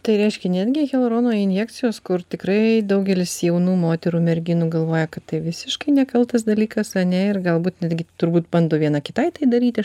tai reiškia netgi hialurono injekcijos kur tikrai daugelis jaunų moterų merginų galvoja kad tai visiškai nekaltas dalykas ane ir galbūt netgi turbūt bando viena kitai tai daryti